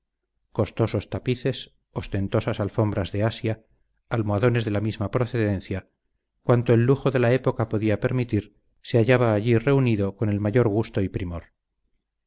costosos tapices ostentosas alfombras de asia almohadones de la misma procedencia cuanto el lujo de la época podían permitir se hallaba allí reunido con el mayor gusto y primor